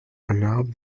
alarme